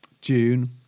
June